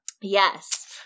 Yes